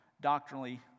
doctrinally